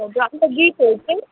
हजुर अन्त गीतहरू चाहिँ